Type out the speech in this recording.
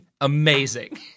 Amazing